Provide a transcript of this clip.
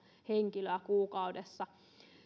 henkilöä kuukaudessa